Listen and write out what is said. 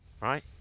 right